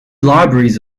libraries